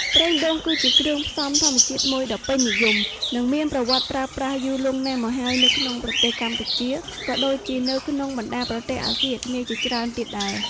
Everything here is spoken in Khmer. ប្រេងដូង គឺជាគ្រឿងផ្សំធម្មជាតិមួយដ៏ពេញនិយម និងមានប្រវត្តិប្រើប្រាស់យូរលង់ណាស់មកហើយនៅក្នុងប្រទេសកម្ពុជាក៏ដូចជានៅក្នុងបណ្តាប្រទេសអាស៊ីអាគ្នេយ៍ជាច្រើនទៀតដែរ។